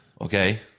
Okay